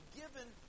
given